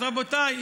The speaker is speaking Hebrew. אז רבותיי,